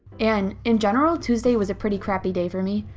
and, in general, tuesday was a pretty crappy day for me,